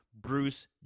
Bruce